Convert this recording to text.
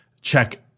check